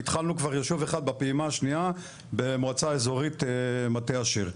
והתחלנו כבר ישוב אחד בפעימה השנייה במועצה האזורית מטה אשר.